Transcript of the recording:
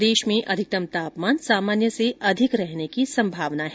प्रदेश में अधिकतम तापमान सामान्य से अधिक रहने की संभावना है